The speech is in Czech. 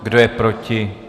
Kdo je proti?